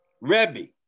Rebbe